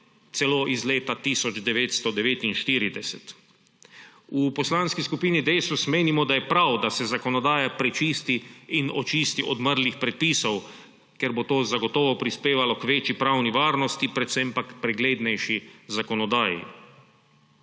celo iz leta 1949. V Poslanski skupini Desus menimo, da je prav, da se zakonodaja prečisti in očisti odmrlih predpisov, ker bo to zagotovo prispevalo k večji pravni varnosti, predvsem pa k preglednejši zakonodaji.